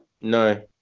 No